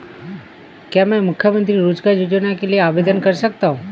क्या मैं मुख्यमंत्री रोज़गार योजना के लिए आवेदन कर सकता हूँ?